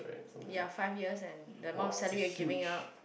ya five years and the amount of salary that you giving up